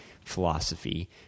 philosophy